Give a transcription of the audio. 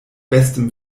bestem